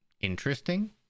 interesting